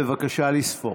בבקשה לספור.